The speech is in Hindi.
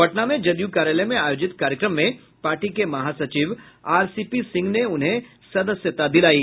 पटना में जदयू कार्यालय में आयोजित कार्यक्रम में पार्टी के महासचिव आरसीपी सिंह ने उन्हें सदस्यता दिलायी